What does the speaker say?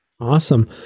Awesome